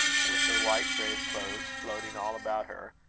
with her white grave-clothes floating all about her,